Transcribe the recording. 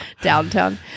Downtown